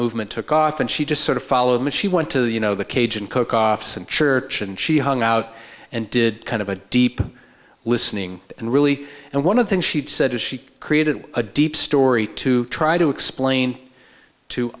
movement took off and she just sort of followed the she went to the you know the cajun cook off some church and she hung out and did kind of a deep listening and really and one of things she said is she created a deep story to try to explain to